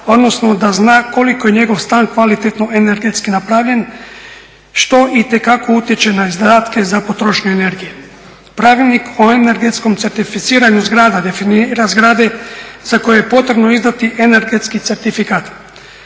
odnosno da zna koliko je njegov stan kvalitetno energetski napravljen što itekako utječe na izdatke za potrošnju energije. Pravilnik o energetskom certificiranju zgrada definira zgrade za koje je potrebno izdati energetski certifikat.